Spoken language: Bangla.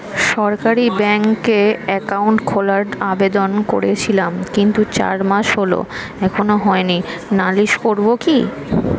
সরকারি ব্যাংকে একাউন্ট খোলার আবেদন করেছিলাম কিন্তু চার মাস হল এখনো হয়নি নালিশ করব কি?